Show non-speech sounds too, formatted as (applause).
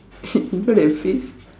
(laughs) you know that face